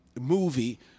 movie